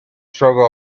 struggle